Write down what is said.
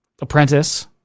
apprentice